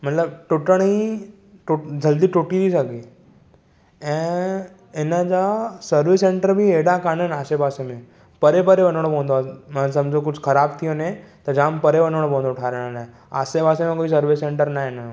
मतिलबु टुटणी टू जल्दी टुटी थी सघे ऐं इन जा सर्विस सेंटर बि एॾा कान्हनि आसे पासे में परे परे वञिणो पवंदो आहे सम्झो कुझु ख़राबु थी वञे त जामु परे वञिणो पवंदो ठाराहिण लाइ आसे पासे में कोई सर्विस सेंटर नाहे हिन जो